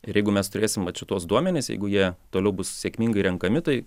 ir jeigu mes turėsim vat šituos duomenis jeigu jie toliau bus sėkmingai renkami tai